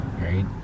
Right